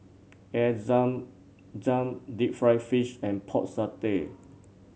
Air Zam Zam Deep Fried Fish and Pork Satay